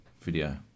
video